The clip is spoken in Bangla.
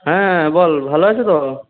হ্যাঁ বল ভালো আছো তো